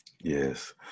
Yes